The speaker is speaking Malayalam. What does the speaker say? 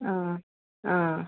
അ